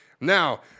Now